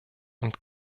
und